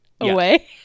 away